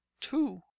two